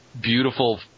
beautiful